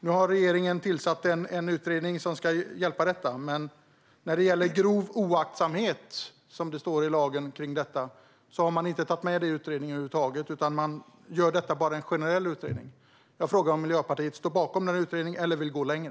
Nu har regeringen tillsatt en utredning som ska se över detta. Men grov oaktsamhet, som det står i lagen kring detta, har man inte tagit med i utredningen över huvud taget, utan man gör bara en generell utredning. Jag frågar om Miljöpartiet står bakom utredningen eller vill gå längre.